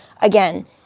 Again